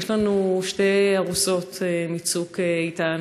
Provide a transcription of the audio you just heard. יש לנו שתי ארוסות מצוק איתן,